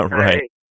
right